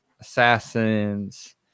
assassins